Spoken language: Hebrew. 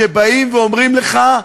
שבאים ואומרים לך: